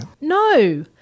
No